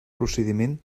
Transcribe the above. procediment